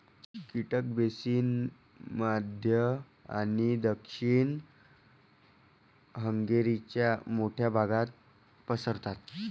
कीटक बेसिन मध्य आणि दक्षिण हंगेरीच्या मोठ्या भागात पसरतात